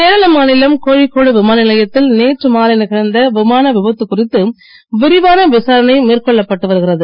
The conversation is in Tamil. கேரள மாநில் கோழிக்கோடு விமான நிலையத்தில் நேற்று மாலை நிகழ்ந்த விமான விபத்து குறித்து விரிவான விசாரணை மேற்கொள்ளப் பட்டு வருகிறது